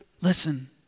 listen